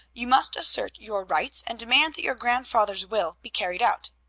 you must assert your rights, and demand that your grandfather's will be carried out.